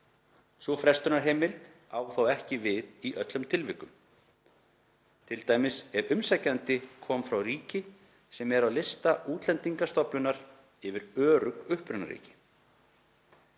Sú frestunarheimild á þó ekki við í öllum tilvikum, t.d. ef umsækjandi kom frá ríki sem er á lista Útlendingastofnunar yfir örugg upprunaríki.“